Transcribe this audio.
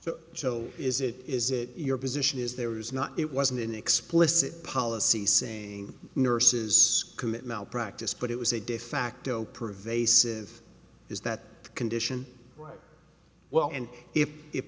so so is it is it your position is there is not it wasn't an explicit policy saying nurses commit malpractise but it was a de facto prevail with is that condition right well and if if